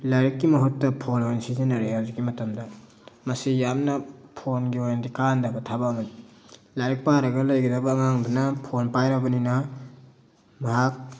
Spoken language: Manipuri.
ꯂꯥꯏꯔꯤꯛꯀꯤ ꯃꯍꯨꯠꯇ ꯐꯣꯟ ꯑꯣꯏꯅ ꯁꯤꯖꯤꯟꯅꯔꯛꯑꯦ ꯍꯧꯖꯤꯛ ꯃꯇꯝꯗ ꯃꯁꯤ ꯌꯥꯝꯅ ꯐꯣꯟꯒꯤ ꯑꯣꯏꯅꯗꯤ ꯀꯥꯟꯅꯗꯕ ꯊꯕꯛꯅꯤ ꯂꯥꯏꯔꯤꯛ ꯄꯥꯔꯒ ꯂꯩꯒꯗꯕ ꯑꯉꯥꯡꯗꯨꯅ ꯐꯣꯟ ꯄꯥꯏꯔꯕꯅꯤꯅ ꯃꯍꯥꯛ